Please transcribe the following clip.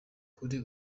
kuri